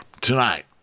Tonight